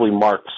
marks